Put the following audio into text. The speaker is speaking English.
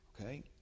okay